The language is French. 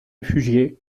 réfugiées